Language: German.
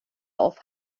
auf